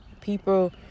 people